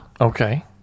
Okay